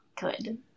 Good